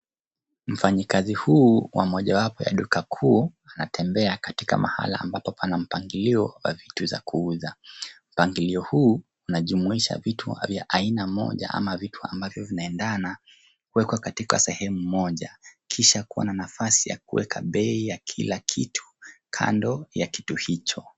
Mfanyikazi huyu wa mojawapo wa duka kuu anatembea katika mahala ambapo pana mpangilio wa vitu za kuuza. Mpangilio huu inajumuisha vitu vya aina moja ama vitu ambayo vinaendana kuwekwa katika sehemu moja kisha kuwa na nafasi ya kuweka bei ya kila kitu kando ya kitu hicho.